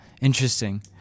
Interesting